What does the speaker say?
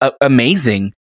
amazing